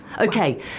Okay